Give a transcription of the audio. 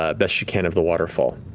ah best she can, of the waterfall,